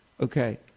Okay